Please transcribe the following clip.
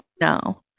No